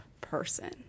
person